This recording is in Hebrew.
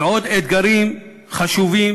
ועוד אתגרים חשובים